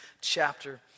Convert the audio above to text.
chapter